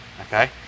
okay